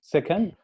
Second